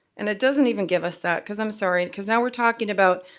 and it doesn't even give us that, because i'm sorry, because now we're talking about